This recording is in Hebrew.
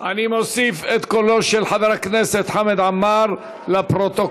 אני מוסיף את קולו של חבר הכנסת חמד עמאר לפרוטוקול,